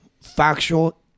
factual